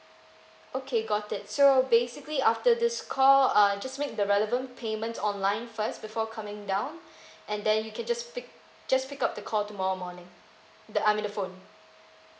okay got it so basically after this call uh just make the relevant payments online first before coming down and then you can just pick just pick up the call tomorrow morning the I mean the phone